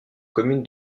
commune